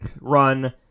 run